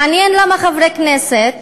מעניין למה חברי כנסת